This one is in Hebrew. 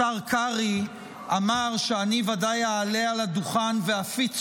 השר קרעי אמר שאני בוודאי אעלה על הדוכן ואפיץ